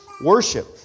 worship